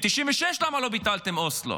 ב-1996, למה לא ביטלתם את אוסלו?